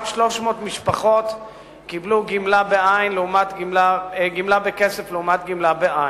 רק 300 משפחות קיבלו גמלה בכסף לעומת גמלה בעין.